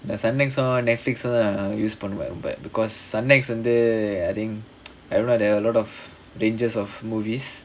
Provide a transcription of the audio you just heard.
இந்த:intha sun X Netflix use பண்ணுவ ரொம்ப:pannuva romba because sun X வந்து:vanthu I think a lot of ranges of movies